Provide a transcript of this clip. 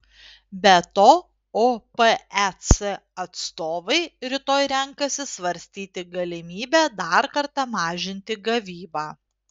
be to opec atstovai rytoj renkasi svarstyti galimybę dar kartą mažinti gavybą